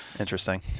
interesting